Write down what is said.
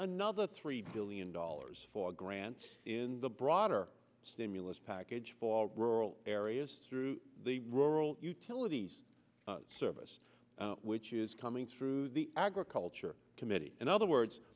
another three billion dollars for grants in the broader stimulus package paul rural areas through the rural utilities service which is coming through the agriculture committee and other words